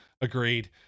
agreed